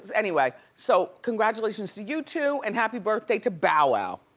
anyway, so congratulations to you two and happy birthday to bow wow.